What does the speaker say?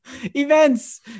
Events